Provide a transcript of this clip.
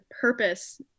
purpose